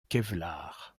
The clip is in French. kevlar